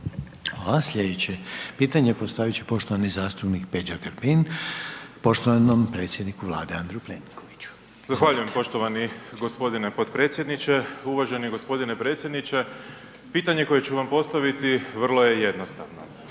Sljedeće pitanje postavit će poštovani zastupnik Peđa Grbin poštovanom predsjedniku Vlade Andreju Plenkoviću. Izvolite. **Grbin, Peđa (SDP)** Zahvaljujem poštovani gospodine potpredsjedniče. Uvaženi gospodine predsjedniče. Pitanje koje ću vam postaviti vrlo je jednostavno.